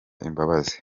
imbabazi